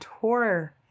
tour